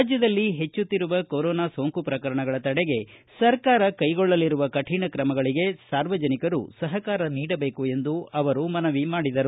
ರಾಜ್ಯದಲ್ಲಿ ಹೆಚ್ಚುತ್ತಿರುವ ಕೊರೊನಾ ಸೋಂಕು ಪ್ರಕರಣಗಳ ತಡೆಗೆ ಸರ್ಕಾರ ಕೈಗೊಳ್ಳಲಿರುವ ಕಠಿಣ ಕ್ರಮಗಳಿಗೆ ಸಾರ್ವಜನಿಕರು ಸಹಕಾರ ನೀಡಬೇಕು ಎಂದು ಅವರು ಮನವಿ ಮಾಡಿದರು